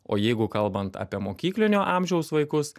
o jeigu kalbant apie mokyklinio amžiaus vaikus